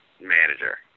manager